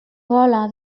gola